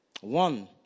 One